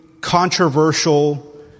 controversial